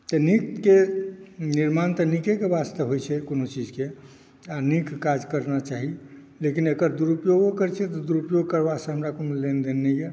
तऽ नीकके निर्माण तऽ नीके के वास्ते होइ छै कोनो चीजके आ नीक काज करना चाही लेकिन एकर दुरुपयोगो करै छै तऽ दुरुपयोग करबासँ हमरा कोनो लेनदेन नहि यऽ